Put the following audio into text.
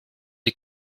die